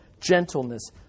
gentleness